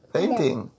Painting